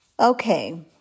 Okay